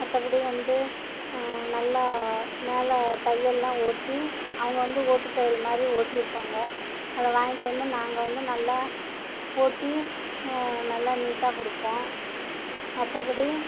மற்றபடி வந்து நல்லா மேலே தையல்லாம் ஓட்டி அவங்க வந்து ஓட்டுத்தையல் மாதிரி ஓட்டிருப்பாங்க அதை வாங்கிட்டு வந்து நாங்கள் வந்து நல்லா ஓட்டி நல்லா நீட்டாக கொடுப்போம் மற்றபடி